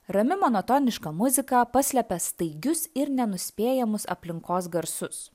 rami monotoniška muzika paslepia staigius ir nenuspėjamus aplinkos garsus